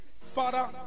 Father